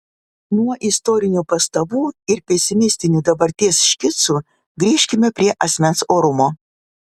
nuo istorinių pastabų ir pesimistinių dabarties škicų grįžkime prie asmens orumo